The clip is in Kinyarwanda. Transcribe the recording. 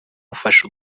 ufashe